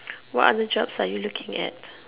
what other jobs are you looking at